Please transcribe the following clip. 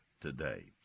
today